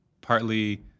Partly